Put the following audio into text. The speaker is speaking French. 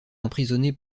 emprisonné